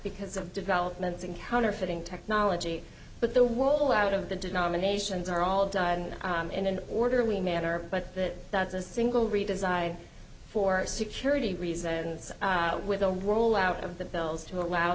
because of developments in counterfeiting technology but the wool out of the denominations are all done in an orderly manner but that that's a single redesign for security reasons with the roll out of the bills to allow